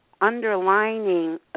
underlining